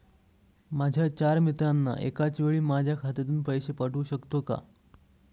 माझ्या चार मित्रांना एकाचवेळी माझ्या खात्यातून पैसे पाठवू शकतो का?